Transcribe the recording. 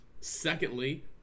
Secondly